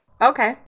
Okay